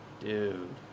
dude